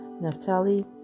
Naphtali